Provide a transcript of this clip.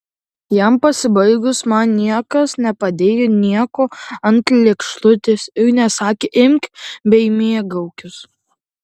jam pasibaigus man niekas nepadėjo nieko ant lėkštutės ir nesakė imk bei mėgaukis